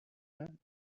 and